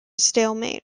stalemate